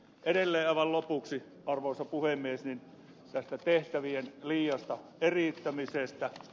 edelleen aivan lopuksi arvoisa puhemies tästä tehtävien liiasta eriyttämisestä